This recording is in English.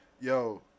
Yo